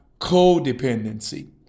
codependency